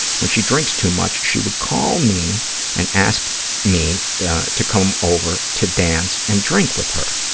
when she drinks too much, she would call me and ask me to come over to dance and drink with her.